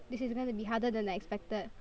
this is gonna be harder than I expected